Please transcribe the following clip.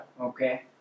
Okay